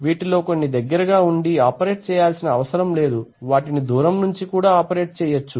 వీటిలో కొన్ని దగ్గరగా ఉండి ఆపరేట్ చేయాల్సిన అవసరం లేదు వాటిని దూరం నుంచి కూడా ఆపరేట్ చెయ్యొచ్చు